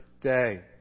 day